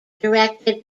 directed